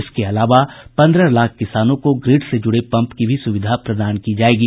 इसके अलावा पन्द्रह लाख किसानों को ग्रिड से जुड़े पम्प की भी सुविधा भी प्रदान की जायेगी